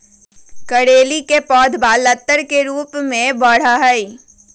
करेली के पौधवा लतर के रूप में बढ़ा हई